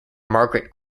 margaret